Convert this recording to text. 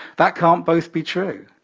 that can't both be true.